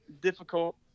difficult